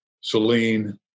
Celine